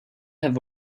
have